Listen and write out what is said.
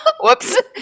Whoops